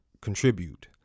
contribute